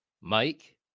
Mike